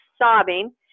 sobbing